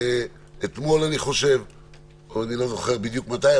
אני לא זוכר בדיוק מתי.